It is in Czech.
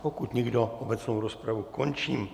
Pokud nikdo, obecnou rozpravu končím.